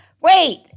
Wait